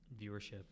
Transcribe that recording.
viewership